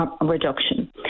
reduction